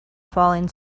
falling